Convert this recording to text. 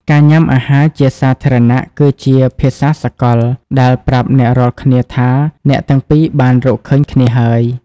ការញ៉ាំអាហារជាសាធារណៈគឺជា "ភាសាសកល" ដែលប្រាប់អ្នករាល់គ្នាថាអ្នកទាំងពីរបានរកឃើញគ្នាហើយ។